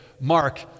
Mark